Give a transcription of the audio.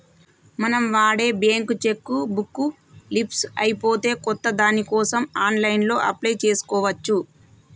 మనం వాడే bank cheque book leafs అయిపోతే కొత్త దానికోసం ఆన్లైన్లో అప్లై చేసుకోవచ్చు